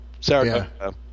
Sarah